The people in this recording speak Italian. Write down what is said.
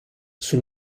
sul